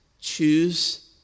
choose